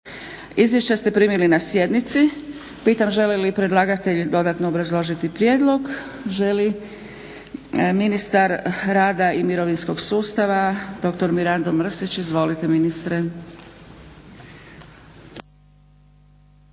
Izvješća ste primili na sjednici. Pitam želi li predlagatelj dodatno obrazložiti prijedlog? Želi. Ministar rada i mirovinskog sustava doktor Mirando Mrsić. Izvolite ministre.